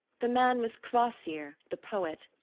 the man was kvasir the poet.